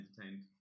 Entertained